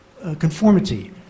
conformity